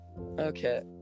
Okay